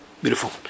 beautiful